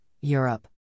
Europe